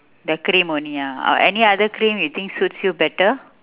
the cream only ah oh any other cream you think suits you better